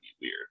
weird